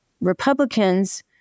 Republicans